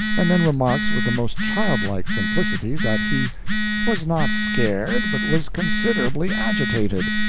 and then remarks with the most childlike simplicity that he was not scared, but was considerably agitated.